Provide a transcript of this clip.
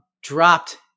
Dropped